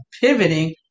pivoting